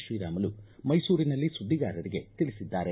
ಶ್ರೀರಾಮುಲು ಮೈಸೂರಿನಲ್ಲಿ ಸುದ್ದಿಗಾರರಿಗೆ ತಿಳಿಸಿದ್ದಾರೆ